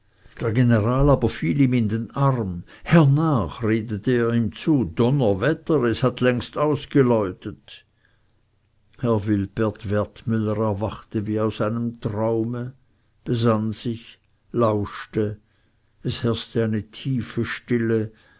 general aber fiel ihm in den arm hernach redete er ihm zu donnerwetter es hat längst ausgeläutet herr wilpert wertmüller erwachte wie aus einem traume besann sich lauschte es herrschte eine tiefe stille